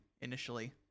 initially